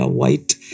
white